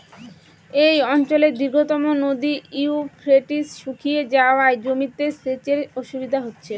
এই অঞ্চলের দীর্ঘতম নদী ইউফ্রেটিস শুকিয়ে যাওয়ায় জমিতে সেচের অসুবিধে হচ্ছে